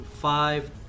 five